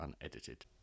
unedited